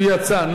הוא יצא.